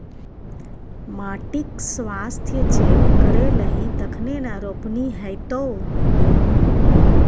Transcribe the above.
माटिक स्वास्थ्य चेक करेलही तखने न रोपनी हेतौ